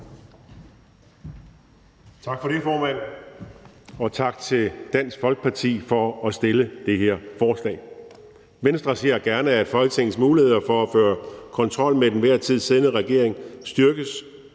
Tak for det, formand, og tak til Dansk Folkeparti for at have fremsat det her forslag. Venstre ser gerne, at Folketingets muligheder for at føre kontrol med den til enhver tid siddende regering styrkes.